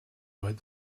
wood